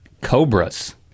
Cobras